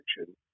action